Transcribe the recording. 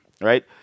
right